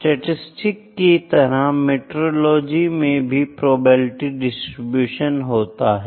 statistics की तरह meteorology में भी प्रोबेबिलिटी डिस्ट्रीब्यूशन होते हैं